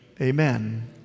Amen